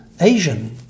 asian